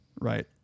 right